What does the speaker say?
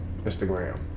Instagram